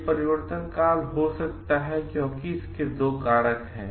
यह परिवर्तनकाल हो सकता है क्योंकि इसके दो कारक हैं